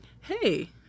hey